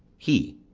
he.